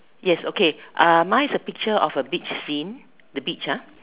yes okay mine is a picture of a beach scene the beach ah